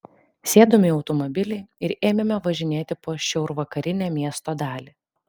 sėdome į automobilį ir ėmėme važinėti po šiaurvakarinę miesto dalį